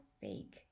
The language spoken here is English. fake